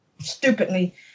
stupidly